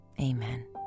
amen